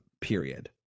period